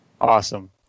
Awesome